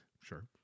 Sure